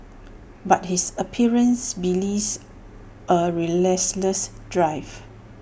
but his appearance belies A relentless drive